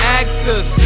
actors